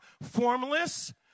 formless